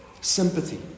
Sympathy